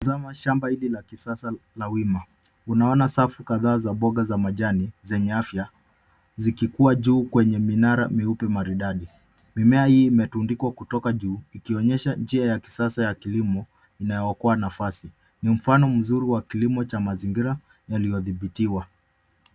Tazama shamba hili la kisasa la wima. Unaona safu kadhaa za mboga za majani zenye afya zikikua juu kwenye minara meupe maridadi. Mimea hii imetundikwa kutoka juu ikionyesha njia ya kisasa ya kilimo inayookoa nafasi. Ni mfano mzuri wa kilimo cha mazingira yaliyodhibitiwa.